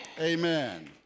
Amen